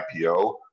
IPO